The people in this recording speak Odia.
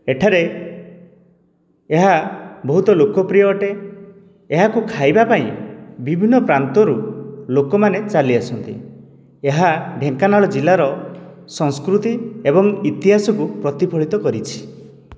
ଏଠାରେ ଏହା ବହୁତ ଲୋକପ୍ରିୟ ଅଟେ ଏହାକୁ ଖାଇବା ପାଇଁ ବିଭିନ୍ନ ପ୍ରାନ୍ତରୁ ଲୋକମାନେ ଚାଲି ଆସନ୍ତି ଏହା ଢେଙ୍କାନାଳ ଜିଲ୍ଲାର ସଂସ୍କୃତି ଏବଂ ଇତିହାସକୁ ପ୍ରତିଫଳତ କରିଛି